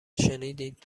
شنیدید